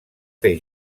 fer